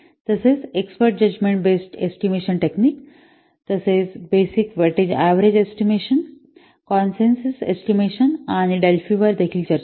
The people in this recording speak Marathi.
तसेच expert judgment based estimation technique तसेच basic weightage average estimation consensus estimation आणि डेल्फी वर देखील चर्चा केली